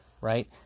right